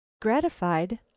Gratified